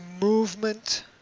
movement